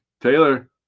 Taylor